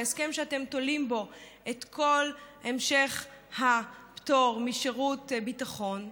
ההסכם שאתם תולים בו את כל המשך הפטור משירות ביטחון,